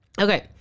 Okay